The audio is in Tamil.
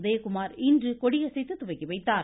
உதயகுமார் இன்று கொடியசைத்து துவக்கிவைத்தார்